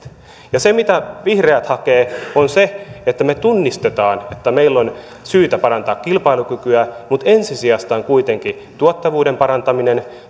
se mitä vihreät hakee on se että me tunnistamme että meillä on syytä parantaa kilpailukykyä mutta ensisijaista on kuitenkin tuottavuuden parantaminen